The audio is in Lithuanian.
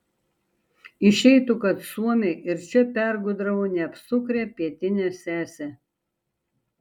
išeitų kad suomiai ir čia pergudravo neapsukrią pietinę sesę